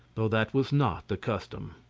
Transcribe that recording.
though that was not the custom.